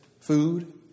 food